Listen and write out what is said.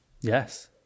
yes